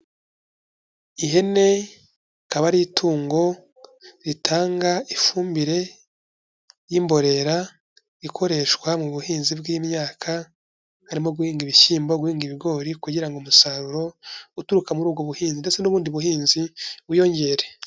Ihene ikaba ari itungo ritanga ifumbire y'imborera ikoreshwa mu buhinzi bw'imyaka harimo guhinga ibishyimbo, guhinga ibigori kugira ngo umusaruro uturuka muri ubwo buhinzi ndetse n'ubundi buhinzi wiyongere.